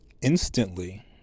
instantly